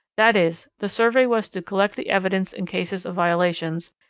that is, the survey was to collect the evidence in cases of violations,